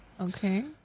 okay